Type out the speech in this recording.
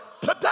today